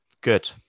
Good